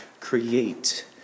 Create